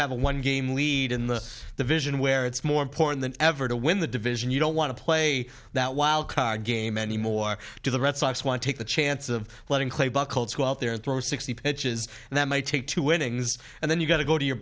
have a one game lead in the the vision where it's more important than ever to win the division you don't want to play that wild card game anymore to the red sox when take the chance of letting clay buchholz go out there and throw sixty pitches and that might take two innings and then you've got to go to your